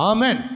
Amen